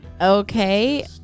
okay